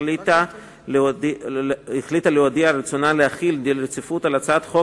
החליטה להודיע על רצונה להחיל דין רציפות על הצעת חוק